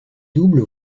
double